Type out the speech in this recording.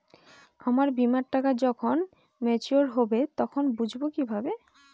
আমার বীমার টাকা যখন মেচিওড হবে তখন বুঝবো কিভাবে?